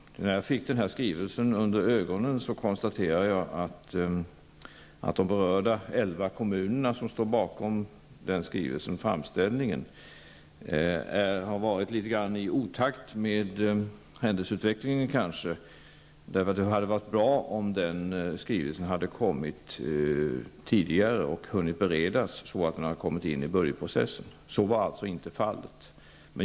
När jag fick denna skrivelse under ögonen konstaterade jag att de berörda elva kommunerna som står bakom den har legat i otakt med händelseutvecklingen något. Det hade varit bra om skrivelsen hade kommit tidigare och hunnit beredas, så att den hade kommit in i budgetprocessen. Så var inte fallet.